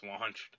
launched